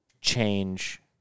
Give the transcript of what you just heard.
change